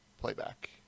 playback